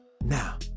Now